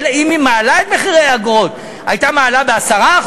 ואם היא מעלה את סכומי האגרות, הייתה מעלה ב-10%,